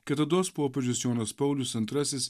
kitados popiežius jonas paulius antrasis